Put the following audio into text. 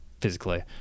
physically